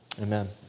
Amen